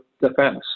defense